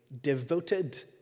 devoted